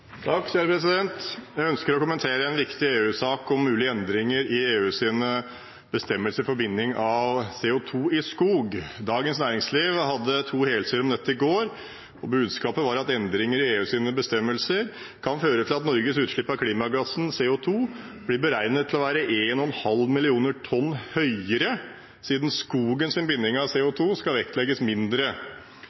Jeg ønsker å kommentere en viktig EU-sak om mulige endringer i EUs bestemmelser for binding av CO 2 i skog. Dagens Næringsliv hadde to helsider om dette i går. Budskapet var at endringer i EUs bestemmelser kan føre til at Norges utslipp av klimagassen CO 2 blir beregnet å være 1,5 millioner tonn høyere siden skogens binding av CO 2 skal vektlegges mindre.